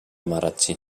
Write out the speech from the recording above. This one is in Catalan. marratxí